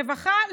רווחה,